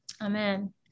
Amen